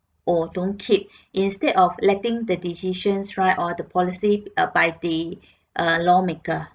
or don't keep instead of letting the decisions right or the policy uh by the uh lawmaker